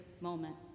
moment